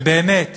שבאמת